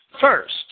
First